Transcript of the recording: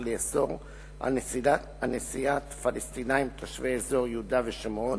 לאסור נסיעת פלסטינים תושבי אזור יהודה ושומרון